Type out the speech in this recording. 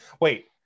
Wait